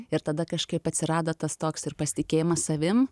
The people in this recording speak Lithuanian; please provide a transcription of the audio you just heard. ir tada kažkaip atsirado tas toks ir pasitikėjimas savim